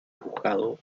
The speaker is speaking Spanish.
juzgado